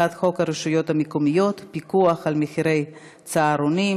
הצעת חוק הרשויות המקומיות (פיקוח על מחירי צהרונים),